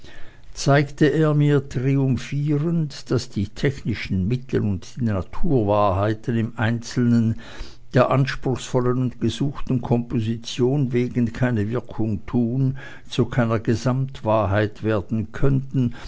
zeigte er mir triumphierend daß die technischen mittel und die naturwahrheiten im einzelnen der anspruchsvollen und gesuchten komposition wegen keine wirkung tun zu keiner gesamtwahrheit werden könnten